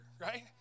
right